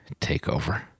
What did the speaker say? takeover